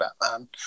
Batman